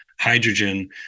hydrogen